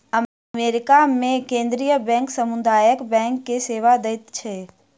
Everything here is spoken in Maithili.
अमेरिका मे केंद्रीय बैंक समुदाय बैंक के सेवा दैत अछि